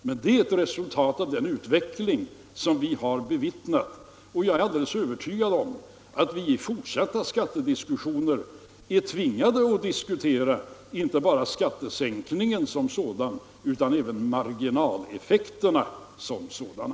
Men det är ett resultat av den utveckling som vi har bevittnat och jag är alldeles övertygad om att vi i fortsatta skattedebatter är tvingade att diskutera inte bara skattesänkningen som sådan utan även marginaleffekterna som sådana.